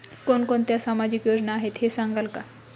कोणकोणत्या सामाजिक योजना आहेत हे सांगाल का?